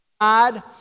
God